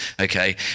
okay